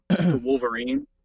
Wolverine